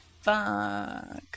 Fuck